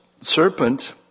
serpent